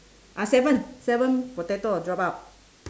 ah seven seven potato drop out